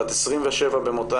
בת 27 במותה,